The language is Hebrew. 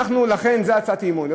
לכן זאת הצעת אי-אמון.